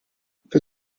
the